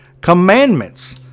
commandments